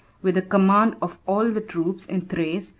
with the command of all the troops in thrace,